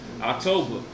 October